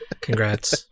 Congrats